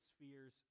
spheres